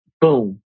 Boom